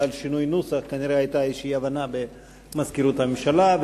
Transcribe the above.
בגלל שינוי נוסח כנראה היתה איזו אי-הבנה במזכירות הממשלה.